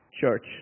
church